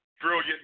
brilliant